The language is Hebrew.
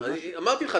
אמרתי לך,